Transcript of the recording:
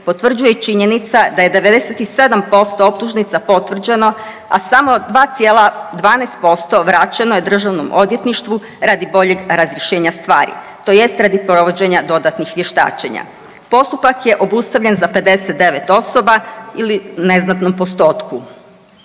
potvrđuje i činjenica da je 97% optužnica potvrđeno, a samo 2,12% vraćeno je DORH-u radi boljeg razrješenja stvari, tj. radi provođenja dodatnih vještačenja. Postupak je obustavljen za 59 osoba ili neznatnom postotku.